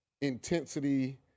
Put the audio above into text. intensity